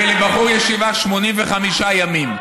ולבחור ישיבה 85 ימים?